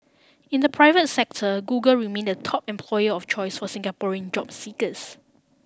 in the private sector Google remained the top employer of choice for Singaporean job seekers